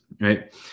right